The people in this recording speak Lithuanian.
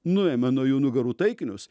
nuėmė nuo jų nugarų taikinius